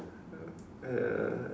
uh